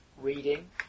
reading